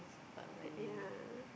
yeah